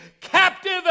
captive